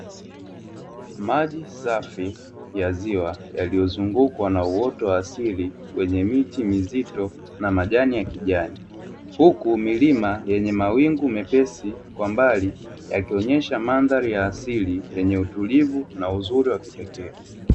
Maji safi ya ziwa yaliyozungukwa na uoto wa asili wenye miti mizito na manaji ya kijani, huku milima yenye mawingu mepesi kwa mbali, yakionyesha mandhari ya asili yenye utulivu na uzuri wa kipekee.